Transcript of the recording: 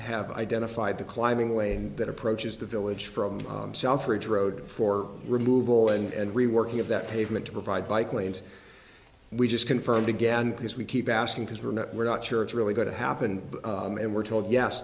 have identified the climbing lane that approaches the village from south ridge road for removal and reworking of that pavement to provide bike lanes we just confirmed again because we keep asking because we're not we're not sure it's really going to happen and we're told yes